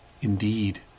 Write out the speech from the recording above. indeed